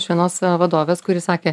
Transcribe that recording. iš vienos vadovės kuri sakė